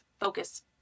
focus